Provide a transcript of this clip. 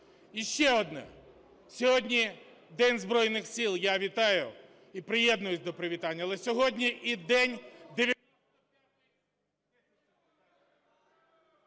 І ще одне. Сьогодні День Збройних Сил. Я вітаю і приєднуюсь до привітань.